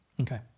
Okay